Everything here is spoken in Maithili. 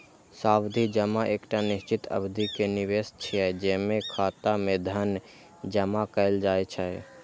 सावधि जमा एकटा निश्चित अवधि के निवेश छियै, जेमे खाता मे धन जमा कैल जाइ छै